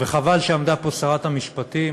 וחבל שעמדה פה שרת המשפטים,